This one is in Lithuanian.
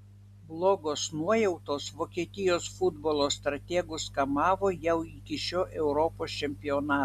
blogos nuojautos vokietijos futbolo strategus kamavo jau iki šio europos čempionato